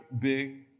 big